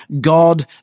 God